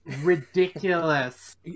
Ridiculous